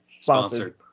sponsored